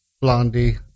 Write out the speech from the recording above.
Blondie